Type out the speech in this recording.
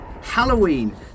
Halloween